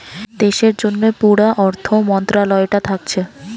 দেশের জন্যে পুরা অর্থ মন্ত্রালয়টা থাকছে